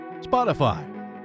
Spotify